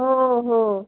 हो हो